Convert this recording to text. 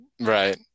Right